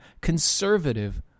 conservative